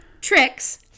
tricks